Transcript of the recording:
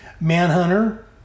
Manhunter